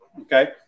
Okay